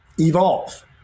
evolve